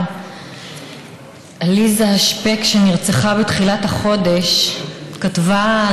10973. המציעה הבאה,